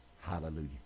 Hallelujah